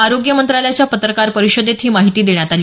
आरोग्य मंत्रालयाच्या पत्रकार परिषदेत ही माहिती देण्यात आली